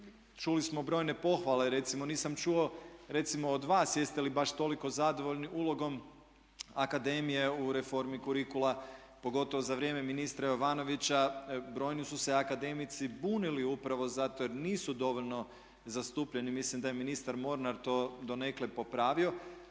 čuli smo brojne pohvale. Recimo nisam čuo recimo od vas jeste li baš toliko zadovoljni ulogom akademije u reformi kurikula pogotovo za vrijeme ministra Jovanovića. Brojni su se akademici bunili upravo zato jer nisu dovoljno zastupljeni. Mislim da je ministar Mornar to donekle popravio.